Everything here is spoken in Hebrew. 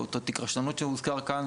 תיק הרשלנות שהוזכר כאן,